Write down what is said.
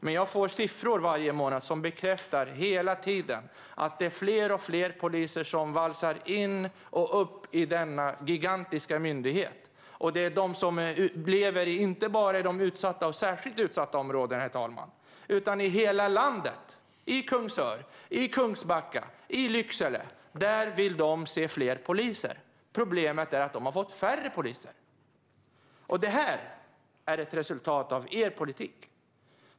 Men jag får siffror varje månad som hela tiden bekräftar att det är fler och fler poliser som valsar in och upp i denna gigantiska myndighet. Det handlar om dem som lever inte bara i de utsatta och i de särskilt utsatta områdena, herr talman, utan i hela landet - i Kungsör, i Kungsbacka, i Lycksele. De vill se fler poliser. Problemet är att de har fått färre poliser. Detta är ett resultat av er politik.